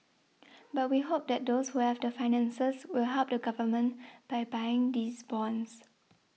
but we hope that those who have the finances will help the Government by buying these bonds